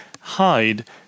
hide